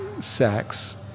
sex